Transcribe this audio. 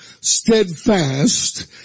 steadfast